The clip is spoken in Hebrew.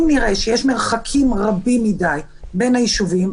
אם נראה שיש מרחקים רבים מידי בין הישובים,